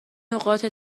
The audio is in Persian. نقاط